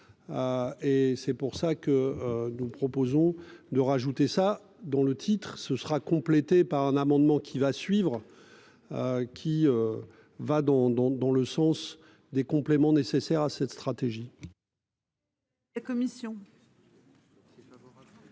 et c'est pour ça que nous proposons de rajouter ça dont le titre ce sera complété par un amendement qui va suivre. Qui. Va dont donc dans le sens des compléments nécessaires à cette stratégie. La commission.